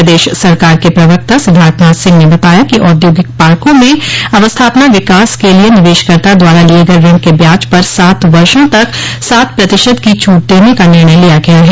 प्रदेश सरकार के प्रवक्ता सिद्धार्थनाथ सिंह ने बताया कि औद्योगिक पार्को में अवस्थापना विकास के लिए निवेशकर्ता द्वारा लिये गये ऋण के ब्याज पर सात वर्षो तक सात प्रतिशत की छूट देने का निर्णय लिया गया है